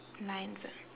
lines ah